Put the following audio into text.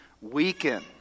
weaken